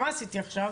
מה עשיתי עכשיו?